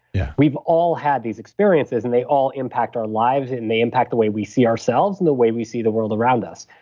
yeah we've all had these experiences and they all impact our lives and it may impact the way we see ourselves and the way we see the world around us.